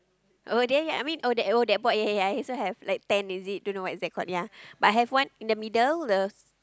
oh there ya I mean oh there the arrow that board ya ya ya I also have like ten is it don't know but I have one in the middle the